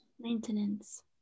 Maintenance